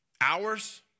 hours